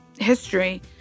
history